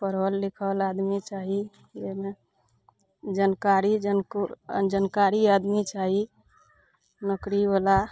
पढ़ल लिखल आदमी चाही अइमे जनकारी जनक जानकारी आदमी चाही नौकरीवला